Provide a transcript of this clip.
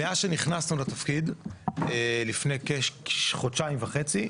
מאז שנכנסו לתפקיד לפני כחודשיים וחצי.